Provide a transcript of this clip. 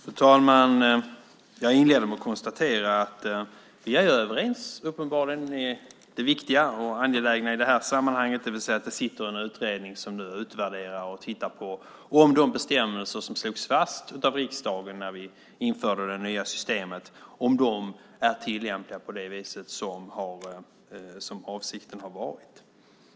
Fru talman! Jag inleder med att konstatera att vi uppenbarligen är överens i det viktiga och angelägna i det här sammanhanget, det vill säga att det sitter en utredning som utvärderar och tittar på om de bestämmelser som slogs fast av riksdagen när vi införde det nya systemet är tillämpliga på det sätt som avsikten har varit.